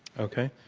okay.